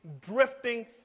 drifting